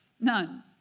None